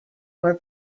were